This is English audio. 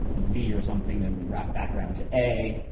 z or something, then we wrap back around to a.